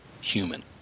human